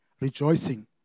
rejoicing